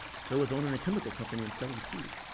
so is owning a chemical company and selling seed.